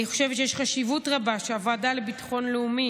אני חושבת שיש חשיבות רבה לכך שהוועדה לביטחון לאומי,